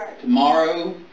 Tomorrow